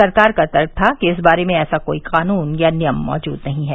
सरकार का तर्क था कि इस बारे में ऐसा कोई कानून या नियम मौजूद नहीं है